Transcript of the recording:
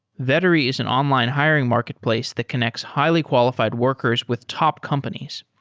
vettery is an online hiring marketplace that connects highly qualified workers with top companies.